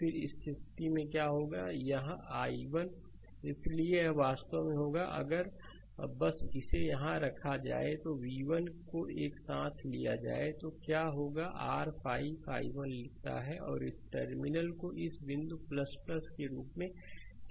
फिर इस स्थिति में क्या होगा यह i1 इसलिए यह वास्तव में होगा अगर बस इसे यहां रखा जाए v1 को एक साथ लिया जाए तो क्या होगा कि r 5 i1 लिखता है और इस टर्मिनल को इस बिंदु के रूप में चिह्नित किया गया है